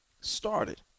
Started